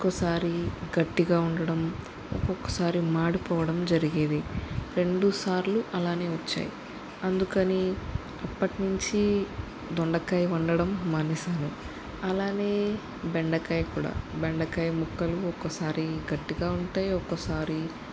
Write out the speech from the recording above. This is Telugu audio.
ఒక్కోసారి గట్టిగా ఉండడం ఒక్కొక్క సారి మాడిపోవడం జరిగేది రెండు సార్లు అలానే వచ్చాయ్ అందుకని అప్పట్నుంచి దొండకాయి వండడం మానేసాను అలానే బెండకాయ కూడా బెండకాయ ముక్కలు ఒక్కొక సారి గట్టిగా ఉంటాయి ఒక్కోసారి